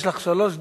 יש לך שלוש דקות.